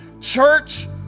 Church